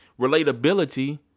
relatability